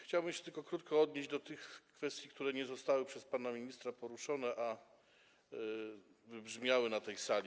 Chciałbym się tylko krótko odnieść do tych kwestii, które nie zostały przez pana ministra poruszone, a wybrzmiały na tej sali.